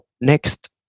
next